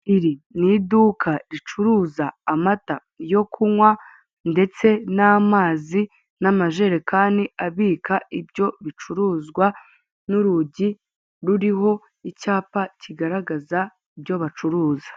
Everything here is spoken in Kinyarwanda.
Iri ni iduka ricuruza amata yo kunywa ndetse n'amazi n'amajerekani abika ibyo bicuruzwa n'urugi ruriho icyapa kigaragaza ibyo bacuruza.